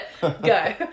Go